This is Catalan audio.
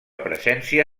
presència